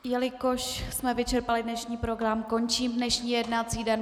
Jelikož jsme vyčerpali dnešní program, končím dnešní jednací den.